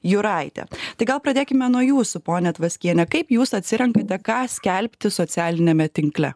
juraitė tai gal pradėkime nuo jūsų pone tvaskiene kaip jūs atsirenkate ką skelbti socialiniame tinkle